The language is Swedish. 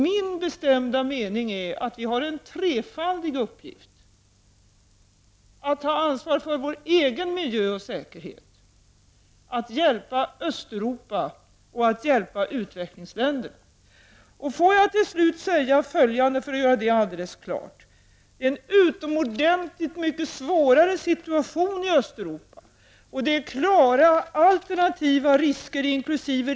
Min bestämda mening är att vi har en trefaldig uppgift: att ta ansvar för vår egen miljö och säkerhet, att hjälpa Östeuropa och att hjälpa utvecklingsländerna. Jag vill till slut säga följande, för att göra det klart: Det är en utomordentligt mycket svårare situation i Östeuropa, och där finns det klara alternativa risker, inkl.